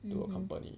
to a company